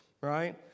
right